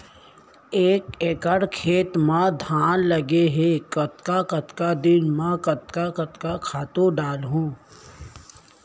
एक एकड़ खेत म धान लगे हे कतका कतका दिन म कतका कतका खातू डालहुँ?